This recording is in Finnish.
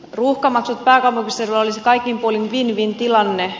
ruuhkamaksut pääkaupunkiseudulla olisivat kaikin puolin win win tilanne